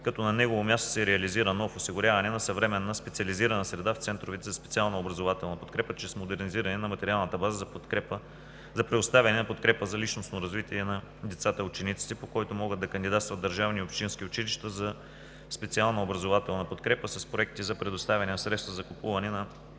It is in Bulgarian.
като на негово място се реализира нов – „Осигуряване на съвременна специализирана среда в центровете за специална образователна подкрепа“ чрез модернизиране на материалната база за предоставяне на подкрепа за личностно развитие на децата и учениците, по който могат да кандидатстват държавни и общински училища за специална образователна подкрепа с проекти за предоставяне на средства за закупуване на